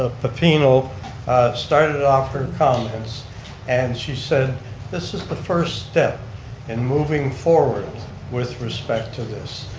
ah pepino started off her comments and she said this is the first step in moving forward with respect to this,